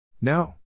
No